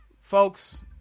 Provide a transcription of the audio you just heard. Folks